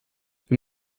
wir